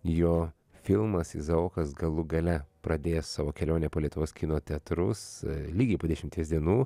jo filmas izaokas galų gale pradės savo kelionę po lietuvos kino teatrus lygiai po dešimties dienų